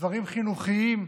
דברים חינוכיים,